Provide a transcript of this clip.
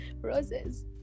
Roses